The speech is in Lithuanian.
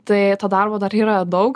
tai to darbo dar yra daug